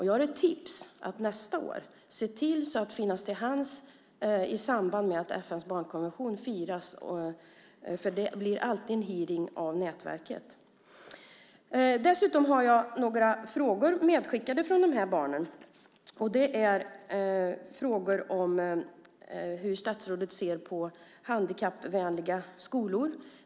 Jag har ett tips till Jan Björklund att han nästa år ser till att han finns till hands i samband med att FN:s barnkonvention firas. Nätverket anordnar då alltid en hearing. Dessutom har jag några frågor som dessa barn har skickat med. Det är frågor om hur statsrådet ser på handikappvänliga skolor.